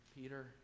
Peter